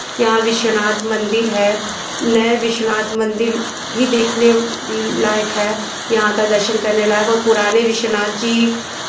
यहाँ विश्वनाथ मंदिर है नए विश्वनाथ मंदिर भी देखने लायक है यहाँ का दर्शन करने लायक और पुराने विश्वनाथ जी